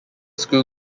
school